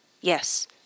Yes